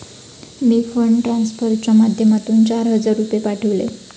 मी fund ट्रान्सफरच्या माध्यमातून चार हजार रुपये पाठवले